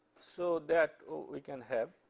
so that we can have.